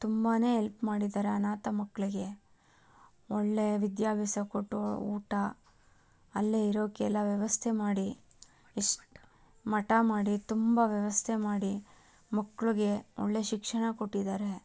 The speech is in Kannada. ತುಂಬಾ ಎಲ್ಪ್ ಮಾಡಿದ್ದಾರೆ ಅನಾಥ ಮಕ್ಕಳಿಗೆ ಒಳ್ಳೆಯ ವಿದ್ಯಾಭ್ಯಾಸ ಕೊಟ್ಟು ಊಟ ಅಲ್ಲೇ ಇರೋಕ್ಕೆಲ್ಲ ವ್ಯವಸ್ಥೆ ಮಾಡಿ ಎಷ್ಟು ಮಠ ಮಾಡಿ ತುಂಬ ವ್ಯವಸ್ಥೆ ಮಾಡಿ ಮಕ್ಳಿಗೆ ಒಳ್ಳೆಯ ಶಿಕ್ಷಣ ಕೊಟ್ಟಿದ್ದಾರೆ